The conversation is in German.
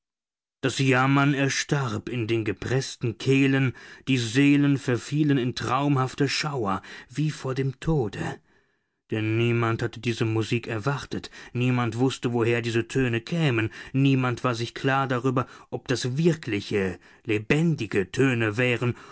das jammern erstarb in den gepreßten kehlen die seelen verfielen in traumhafte schauer wie vor dem tode denn niemand hatte diese musik erwartet niemand wußte woher diese töne kämen niemand war sich klar darüber ob das wirkliche lebendige töne wären